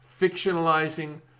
fictionalizing